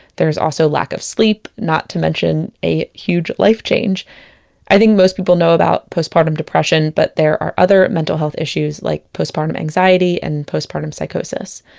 there's also the lack of sleep. not to mention a huge life change i think most people know about postpartum depression, but there are other mental health issues, like postpartum anxiety and postpartum psychosis